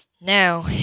now